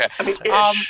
Okay